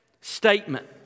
statement